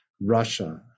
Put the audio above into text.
Russia